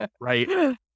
right